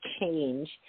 change